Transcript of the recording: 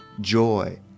joy